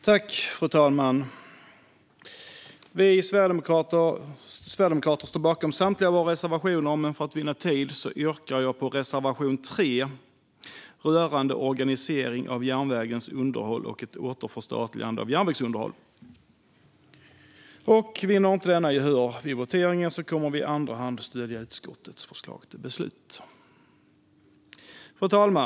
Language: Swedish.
Fru talman! Vi sverigedemokrater står bakom samtliga våra reservationer, men för tids vinnande yrkar jag bifall endast till reservation 3 om organisering av järnvägens underhåll och ett återförstatligande av järnvägsunderhåll. Om denna reservation inte vinner gehör vid voteringen kommer vi i andra hand att stödja utskottets förslag till beslut. Fru talman!